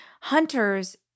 hunters